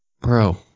Bro